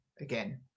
again